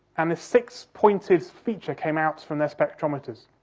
and this six-pointed feature came out from their spectrometers.